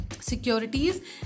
securities